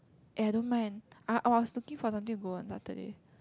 eh I don't mind I I was looking for something to go on Saturday